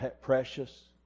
precious